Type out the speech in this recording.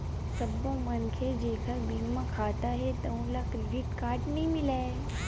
सब्बो मनखे जेखर बेंक म खाता हे तउन ल क्रेडिट कारड नइ मिलय